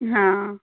हाँ